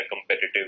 competitive